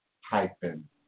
hyphen